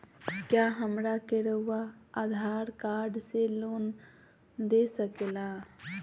क्या हमरा के रहुआ आधार कार्ड से लोन दे सकेला?